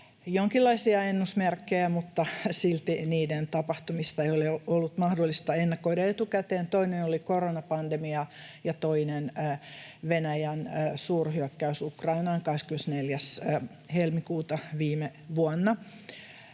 jonkinlaisia ennusmerkkejä, mutta silti niiden tapahtumista ei ole ollut mahdollista ennakoida etukäteen. Toinen oli koronapandemia ja toinen Venäjän suurhyökkäys Ukrainaan 24. helmikuuta viime vuonna.